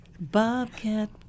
Bobcat